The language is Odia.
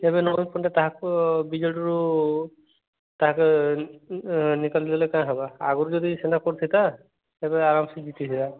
ଏବେ ନବୀନ ପଟ୍ଟନାୟକ ତାହାକୁ ବିଜେଡ଼ିରୁ ତାହାକେ ନିକଲ୍ ଦେଲେ କାଁ ହବ ଆଗରୁ ଯଦି ସିନା କରିଥିତା ଏବେ ଆରାମ୍ ସେ ଜିତି ଥିତା